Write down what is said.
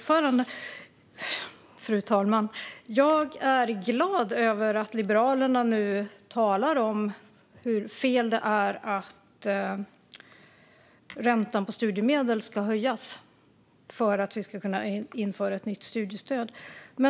Fru talman! Jag är glad över att Liberalerna nu talar om hur fel det är att räntan på studiemedel ska höjas för att vi ska kunna införa ett nytt studiestöd.